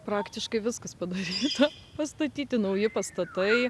praktiškai viskas padaryta pastatyti nauji pastatai